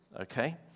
Okay